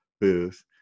booth